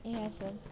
इएह सभ